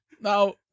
Now